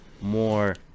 more